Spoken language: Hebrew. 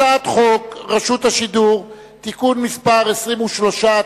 הצעת חוק רשות השידור (תיקון מס' 23),